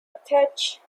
attached